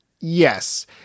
Yes